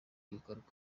ibikorwa